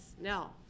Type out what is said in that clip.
No